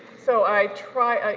so i try,